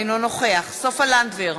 אינו נוכח סופה לנדבר,